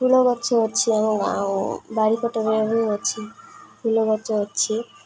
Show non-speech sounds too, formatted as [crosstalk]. ଫୁଲ ଗଛ ଅଛି ଆମ [unintelligible] ବାରି ପଟେ ବି ଅଛି ଫୁଲ ଗଛ ଅଛି